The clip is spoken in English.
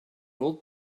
old